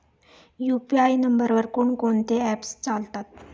UPI नंबरवर कोण कोणते ऍप्स चालतात?